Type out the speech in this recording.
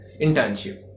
Internship